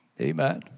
Amen